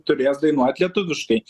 turės dainuoti lietuviškai